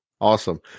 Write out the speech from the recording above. Awesome